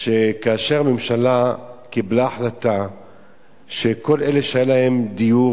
כאשר הממשלה קיבלה החלטה שכל אלה שהיה להם דיור